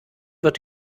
wird